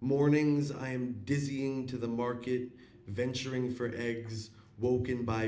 mornings i'm dizzying to the market venturing for eggs woken by